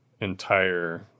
entire